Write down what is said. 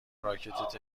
راکت